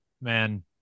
man